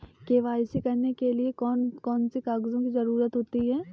KYC करने के लिए कौन कौन से कागजों की जरूरत होती है?